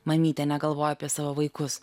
mamytė negalvoja apie savo vaikus